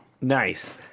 Nice